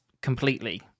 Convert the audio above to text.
completely